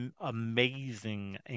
amazing